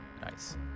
Nice